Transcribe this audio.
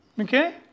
Okay